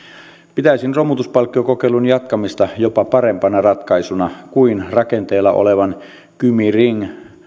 pitäisin romutuspalkkiokokeilun jatkamista jopa parempana ratkaisuna kuin rakenteilla olevalle kymi ring